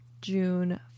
June